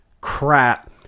Crap